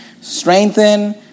strengthen